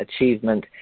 achievement